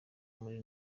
muri